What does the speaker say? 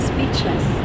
Speechless